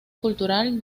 cultural